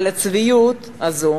אבל הצביעות הזאת